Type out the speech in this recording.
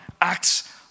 acts